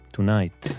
Tonight